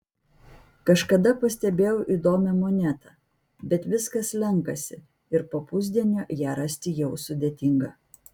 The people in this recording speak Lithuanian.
kažkada pastebėjau įdomią monetą bet viskas slenkasi ir po pusdienio ją rasti jau sudėtinga